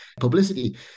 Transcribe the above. publicity